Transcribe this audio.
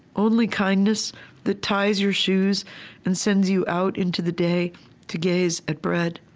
only kindness that ties your shoes and sends you out into the day to gaze at bread